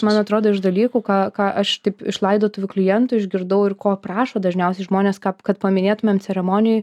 man atrodo iš dalykų ką ką aš taip iš laidotuvių klientų išgirdau ir ko prašo dažniausiai žmonės ką kad paminėtumėm ceremonijoj